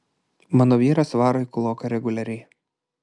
mano vyras varo į kūloką reguliariai